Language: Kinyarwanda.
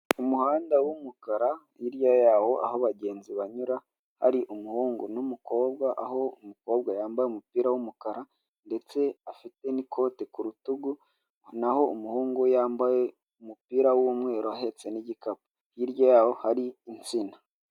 Umuhanda w'umukara, hirya yaho aho abagenzi banyura, hari umuhungu n'umukobwa. Aho umukobwa yambaye umupira w'umukara ndetse afite n'ikote ku rutugu, naho umuhungu yambaye umupira w'umweru ahetsen' igikapu. Hirya yaho hari insina.